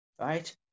right